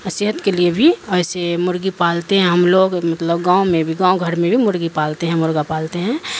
صحت کے لیے بھی اییسے مرغی پالتے ہیں ہم لوگ مطلب گاؤں میں بھی گاؤں گھر میں بھی مرغی پالتے ہیں مرغا پالتے ہیں